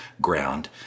ground